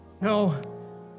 No